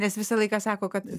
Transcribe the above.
nes visą laiką sako kad